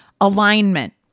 Alignment